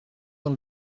dans